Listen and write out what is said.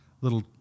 little